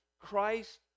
Christ